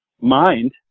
mind